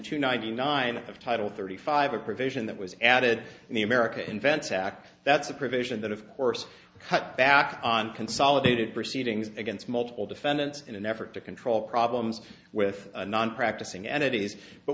two ninety nine of title thirty five a provision that was added in the america invents act that's a provision that of course cut back on consolidated proceedings against multiple defendants in an effort to control problems with a non practicing entities but